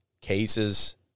cases